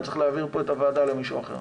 צריך להעביר פה את הוועדה למישהו אחר.